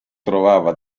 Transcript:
trovava